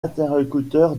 interlocuteur